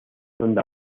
donde